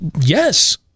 Yes